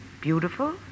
beautiful